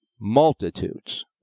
multitudes